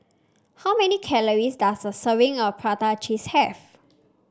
how many calories does a serving of Prata Cheese have